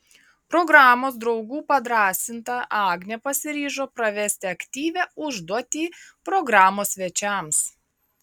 programos draugų padrąsinta agnė pasiryžo pravesti aktyvią užduotį programos svečiams